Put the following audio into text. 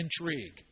intrigue